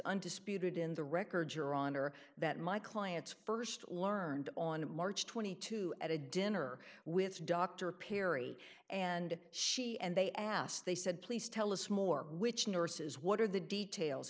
undisputed in the record your honor that my clients st learned on march twenty two at a dinner with dr perry and she and they asked they said please tell us more which nurses what are the details